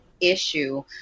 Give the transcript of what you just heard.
issue